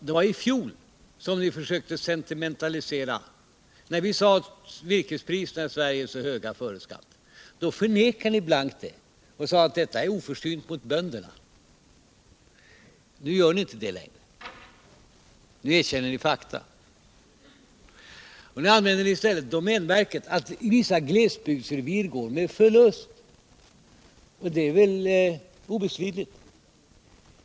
Det var i fjol som vi försökte sentimentalisera. När vi sade att virkespriserna i Sverige är så höga före skatt, förnekade ni blankt detta och sade att det var oförsynt mot bönderna. Nu gör ni inte det längre, utan nu erkänner ni fakta. Men nu använder ni i stället som argument att vissa glesbygdsrevir inom domänverket går med förlust. Det är väl helt obestridligt.